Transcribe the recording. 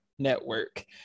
network